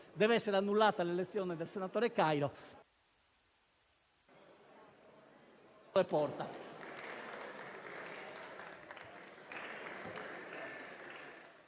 deve essere annullata l'elezione del senatore Cario...